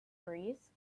breeze